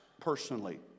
personally